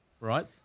Right